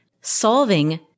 solving